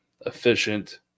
efficient